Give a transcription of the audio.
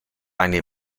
eine